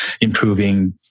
improving